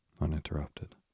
uninterrupted